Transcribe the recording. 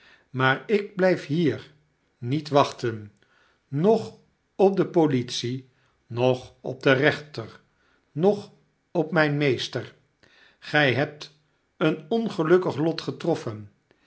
maar ik blijf hier niet wachten noch op de politie noch op den rechter noch op mijn meester gij hebt een ongelukkig lot getroffen